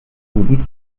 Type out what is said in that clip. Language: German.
guten